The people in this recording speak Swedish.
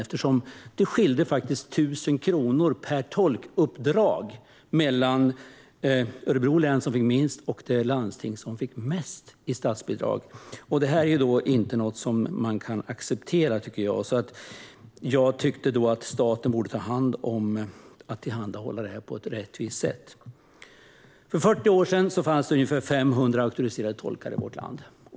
Det skilde nämligen 1 000 kronor per tolkuppdrag mellan Örebro län, som fick minst, och det landsting som fick mest i statsbidrag. Detta tyckte jag inte att man kan acceptera utan ansåg att staten borde handha detta på ett rättvist sätt. För 40 år sedan fanns ungefär 500 auktoriserade tolkar i vårt land.